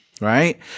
right